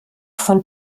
von